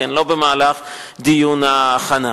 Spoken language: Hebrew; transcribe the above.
לא במהלך דיון ההכנה.